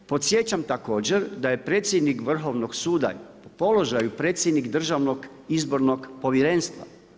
Podsjećam također da je predsjednik Vrhovnog suda položaju predsjednik Državnog izbornog povjerenstva.